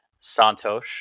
Santosh